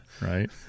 right